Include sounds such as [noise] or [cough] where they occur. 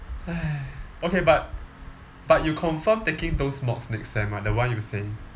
[noise] okay but but you confirm taking those mods next sem right the one you say